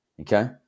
okay